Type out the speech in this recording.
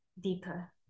deeper